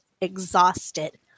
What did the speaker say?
exhausted